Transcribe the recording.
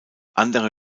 andere